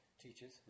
teachers